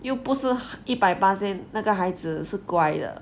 又不是一百八仙那个孩子是乖的